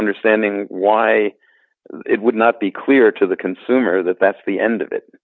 understanding why it would not be clear to the consumer that that's the end of it